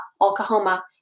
Oklahoma